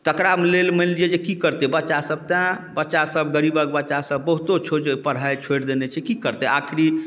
तकरा लेल मानि लिअऽ जे कि करतै बच्चासब तेँ बच्चासब गरीबके बच्चा सब बहुतो छोड़ि छोड़ि पढ़ाइ छोड़ि देने छै कि करतै आखिरी